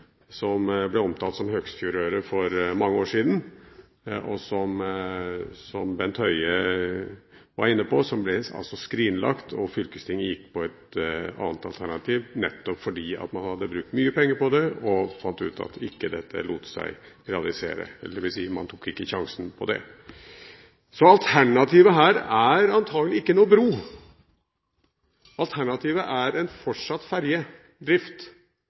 siden ble omtalt som «Høgsfjordrøret» – som Bent Høie var inne på – som ble skrinlagt. Fylkestinget gikk inn for et annet alternativ, nettopp fordi man hadde brukt mye penger på det. Man fant ut at det ikke lot seg realisere, dvs. man tok ikke sjansen på å realisere det. Alternativet her er antakelig ikke noen bro. Alternativet er fortsatt